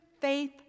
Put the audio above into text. faith